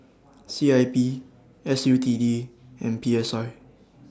C I P S U T D and P S I